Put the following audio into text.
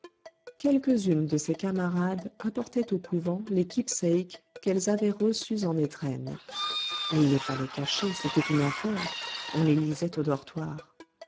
quelques-unes de ses camarades apportaient au couvent les keepsakes qu'elles avaient reçus en étrennes il les fallait cacher c'était une affaire on les lisait au dortoir